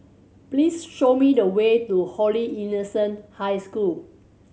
please show me the way to Holy Innocents' High School